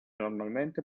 normalmente